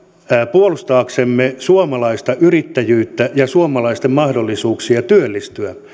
puolustaaksemme suomalaista yrittäjyyttä ja suomalaisten mahdollisuuksia työllistyä